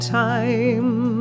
time